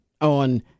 on